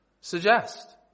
suggest